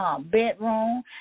bedroom